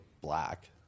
black